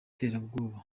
terabwoba